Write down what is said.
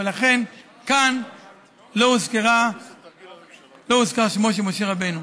ולכן כאן לא הוזכר שמו של משה רבנו.